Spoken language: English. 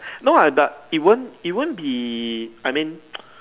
no lah that it won't it won't be I mean